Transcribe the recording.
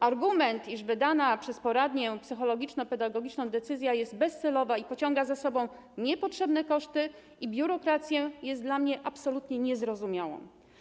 Argument, iż wydana przez poradnię psychologiczno-pedagogiczną decyzja jest bezcelowa i pociąga za sobą niepotrzebne koszty i biurokrację, jest dla mnie absolutnie niezrozumiały.